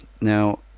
now